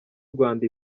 rwanda